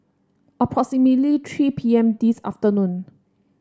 approximately three P M this afternoon